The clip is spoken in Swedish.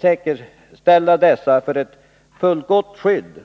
säkerställa att dessa får ett fullgott skydd.